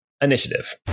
initiative